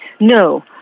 no